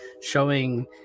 showing